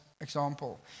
example